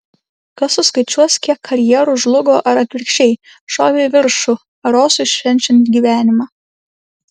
kas suskaičiuos kiek karjerų žlugo ar atvirkščiai šovė į viršų erosui švenčiant gyvenimą